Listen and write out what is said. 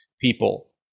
people